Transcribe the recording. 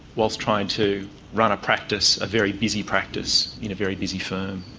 whilst trying to run a practice, a very busy practice in a very busy firm.